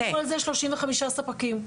במקרה הזה שלושים וחמישה ספקים.